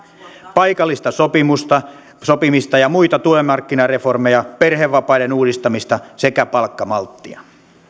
paikallista sopimista sopimista ja muita työmarkkinareformeja perhevapaiden uudistamista sekä palkkamalttia